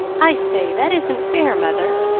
i say, that isn't fair, mother!